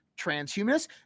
transhumanists